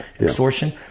Extortion